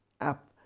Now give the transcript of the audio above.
up